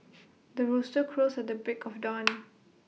the rooster crows at the break of dawn